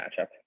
matchup